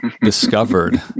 discovered